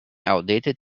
outdated